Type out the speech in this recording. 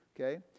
Okay